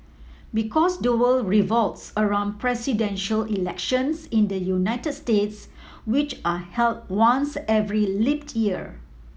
because the world revolves around presidential elections in the United States which are held once every leap year